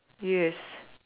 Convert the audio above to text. yes